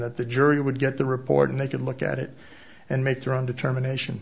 that the jury would get the report and they could look at it and make their own determination